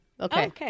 Okay